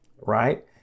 right